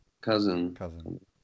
cousin